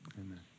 Amen